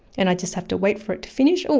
and i just have to wait for it to finish. oh,